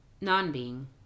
Non-being